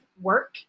work